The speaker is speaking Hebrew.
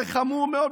זה חמור מאוד,